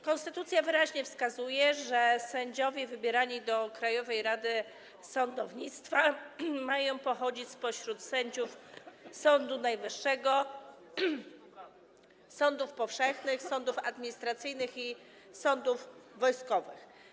Konstytucja wyraźnie wskazuje, że sędziowie wybierani do Krajowej Rady Sądownictwa mają pochodzić spośród sędziów Sądu Najwyższego, sądów powszechnych, sądów administracyjnych i sądów wojskowych.